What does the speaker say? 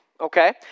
Okay